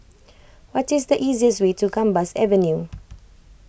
what is the easiest way to Gambas Avenue